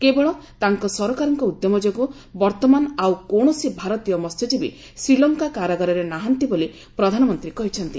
କେବଳ ତାଙ୍କ ସରକାରଙ୍କ ଉଦ୍ୟମ ଯୋଗୁଁ ବର୍ତ୍ତମାନ ଆଉ କୌଣସି ଭାରତୀୟ ମହ୍ୟଜୀବୀ ଶ୍ରୀଲଙ୍କା କାରଗାରରେ ନାହାନ୍ତି ବୋଲି ପ୍ରଧାନମନ୍ତ୍ରୀ କହିଛନ୍ତି